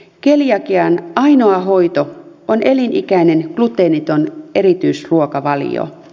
keliakian ainoa hoito on elinikäinen gluteeniton erityisruokavalio